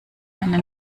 eine